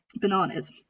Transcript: bananas